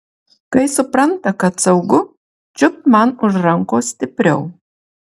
kai supranta kad saugu čiupt man už rankos stipriau